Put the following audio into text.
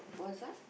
what's that